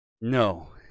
No